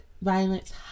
Violence